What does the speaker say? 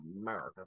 America